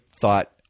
thought